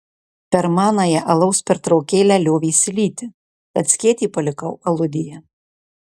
per manąją alaus pertraukėlę liovėsi lyti tad skėtį palikau aludėje